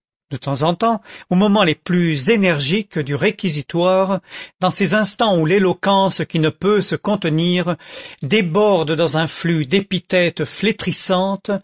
de temps en temps aux moments les plus énergiques du réquisitoire dans ces instants où l'éloquence qui ne peut se contenir déborde dans un flux d'épithètes flétrissantes